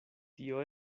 tio